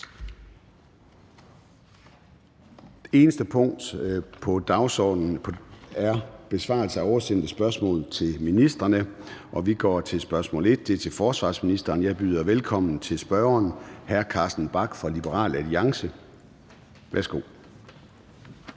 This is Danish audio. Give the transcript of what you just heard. eneste punkt på dagsordenen er: 1) Besvarelse af oversendte spørgsmål til ministrene (spørgetid). Kl. 13:02 Formanden (Søren Gade): Spørgsmål nr. 1 er til forsvarsministeren. Jeg byder velkommen til spørgeren, hr. Carsten Bach fra Liberal Alliance. Kl.